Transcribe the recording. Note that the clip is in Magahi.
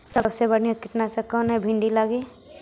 सबसे बढ़िया कित्नासक कौन है भिन्डी लगी?